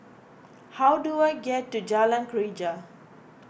how do I get to Jalan Greja